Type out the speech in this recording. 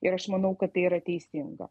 ir aš manau kad tai yra teisinga